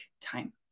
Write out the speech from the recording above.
time